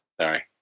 Sorry